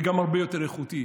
וגם הרבה יותר איכותי.